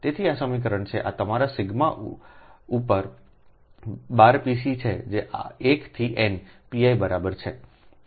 તેથી આ સમીકરણ છે આ તમારા સિગ્મા ઉપર 12 Pc છે 1 થી n Pi બરાબર છે